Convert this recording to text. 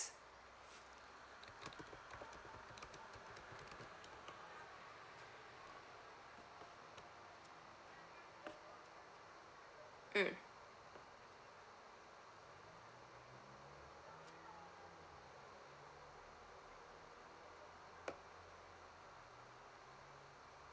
mm